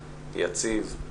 יציב,